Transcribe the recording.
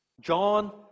John